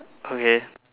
okay